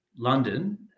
london